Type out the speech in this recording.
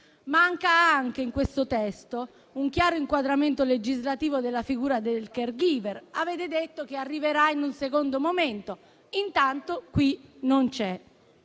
Manca anche, in questo testo, un chiaro inquadramento legislativo della figura del *caregiver*. Avete detto che arriverà in un secondo momento, intanto qui non c'è.